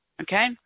Okay